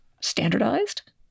standardized